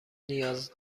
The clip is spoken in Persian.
نیاز